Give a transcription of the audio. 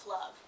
love